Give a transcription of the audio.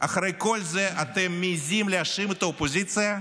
אחרי כל זה אתם מעיזים להאשים את האופוזיציה?